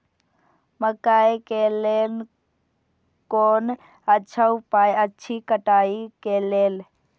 मकैय के लेल कोन अच्छा उपाय अछि कटाई के लेल?